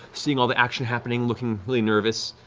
seeing all the action happening, looking really nervous.